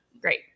Great